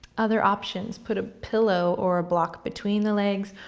other options put a pillow or a block between the legs,